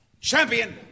champion